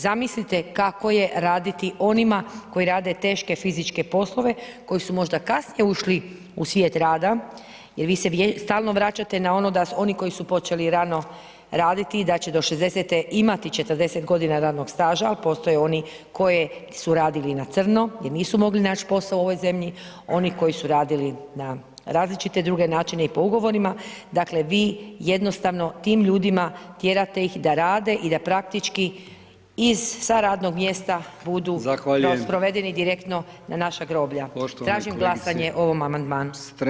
Zamislite kako je raditi onima koji rade teške fizičke poslove, koji su možda kasnije ušli u svijet rada, jer vi se stalno vraćate na ono da oni koji su počeli rano raditi, da će do 60. imati 40 godina radnog staža, ali postoje oni koje su radili na crno, jer nisu mogli naći posao u ovoj zemlji, oni koji su radili na različite druge načine i po ugovorima, dakle vi, jednostavno tim ljudima, tjerate ih da rade i da praktički sa radnog mjesta budu [[Upadica: Zahvaljujem.]] sprovedeni direktno na naša groblja [[Upadica: Poštovana kolegice Strenja.]] Tražim glasanje o ovom amandmanu.